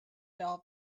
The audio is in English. bell